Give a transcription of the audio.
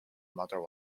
mother